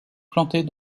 plantés